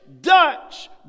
Dutch